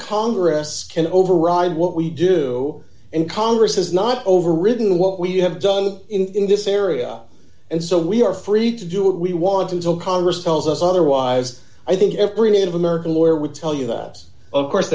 congress can override what we do and congress has not overridden what we have done in this area and so we are free to do what we want until congress tells us otherwise i think every native american lawyer would tell you that us of course